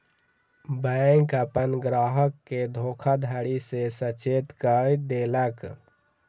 bank अपन ग्राहक के धोखाधड़ी सॅ सचेत कअ देलक